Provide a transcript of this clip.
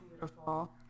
beautiful